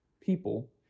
people